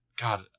God